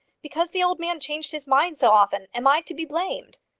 because the old man changed his mind so often, am i to be blamed?